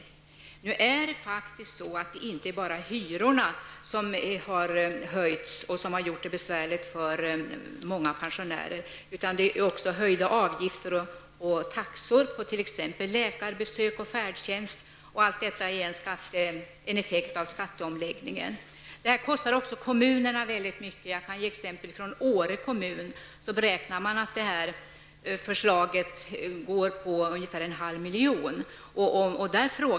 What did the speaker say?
Det är faktiskt inte bara hyrorna som har höjts och som har gjort det besvärligt för många pensionärer. Det är också höjda avgifter och taxor, på t.ex. läkarbesök och färdtjänst. Allt detta är en effekt av skatteomläggningen. Det här kostar också kommunerna väldigt mycket. Jag kan ge exempel från Åre kommun, där man beräknar att förslaget innebär kostnader på ungefär en halv miljon.